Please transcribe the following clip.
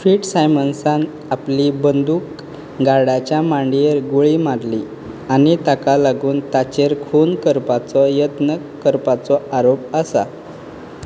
fit सायमन्सान आपली बंदूक गार्डाच्या मांडयेर गुळी मारली आनी ताका लागून ताचेर खून करपाचो यत्न करपाचो आरोप आसा